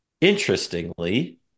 Interestingly